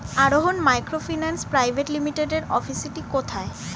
আরোহন microfinance private লিমিটেডের অফিসটি কোথায়?